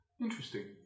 Interesting